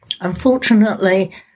Unfortunately